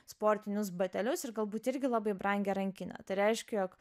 sportinius batelius ir galbūt irgi labai brangią rankinę tai reiškia jog